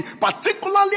particularly